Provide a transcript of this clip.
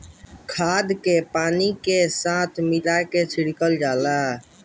खाद के पानी के साथ मिला के छिड़कल जाला